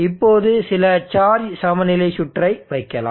இப்போது சில சார்ஜ் சமநிலை சுற்றை வைக்கலாம்